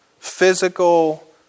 physical